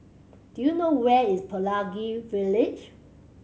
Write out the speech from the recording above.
do you know where is Pelangi Village